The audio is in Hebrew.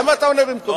למה אתה עונה במקומי?